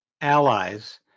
allies